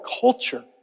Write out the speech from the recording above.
culture